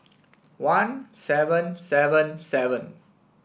one seven seven seven